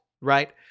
Right